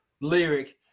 lyric